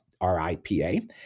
R-I-P-A